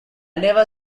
never